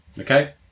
okay